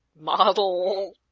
model